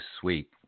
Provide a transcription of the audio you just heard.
sweet